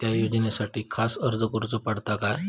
त्या योजनासाठी खास अर्ज करूचो पडता काय?